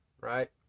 right